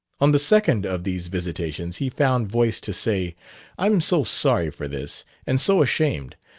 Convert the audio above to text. on the second of these visitations he found voice to say i'm so sorry for this and so ashamed.